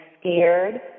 scared